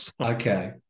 Okay